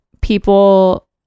people